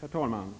Herr talman!